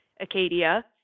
Acadia